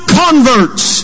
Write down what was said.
converts